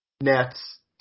Nets